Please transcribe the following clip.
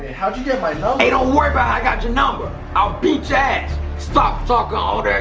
how'd you get my hey? don't worry about i got your number. i'll be jack's stop suck on but